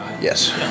Yes